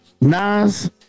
Nas